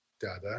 Dada